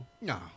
No